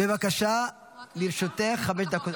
בבקשה, לרשותך חמש דקות.